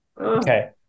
Okay